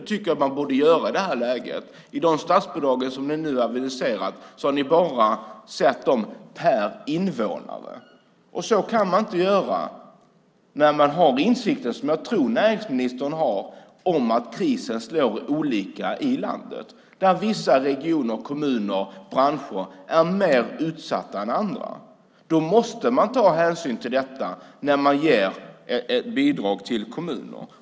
Det tycker jag att man i nuläget borde göra. Beträffande nu aviserade statsbidrag har ni bara sett per invånare. Så kan man inte göra när man har - det tror jag att näringsministern har - insikt om att krisen slår olika i olika delar av vårt land. Då vissa regioner och kommuner och också vissa branscher är mer utsatta än andra måste man ta hänsyn till det när man ger bidrag till kommuner.